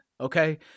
okay